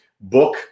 book